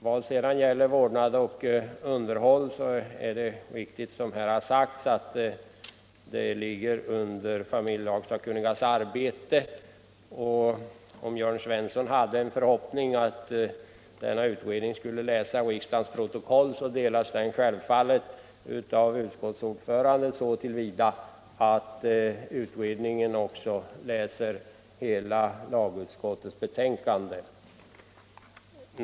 Vad gäller frågan om vårdnad och underhåll är det riktigt, såsom här har sagts, att denna ingår i familjelagssakkunnigas uppdrag. Jörn Svenssons förhoppning att denna utredning skulle läsa riksdagens protokoll delas självfallet av utskottsordföranden, i den mån utredningen läser även lagutskottets betänkande.